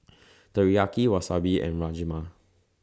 Teriyaki Wasabi and Rajma